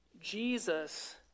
Jesus